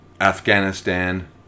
Afghanistan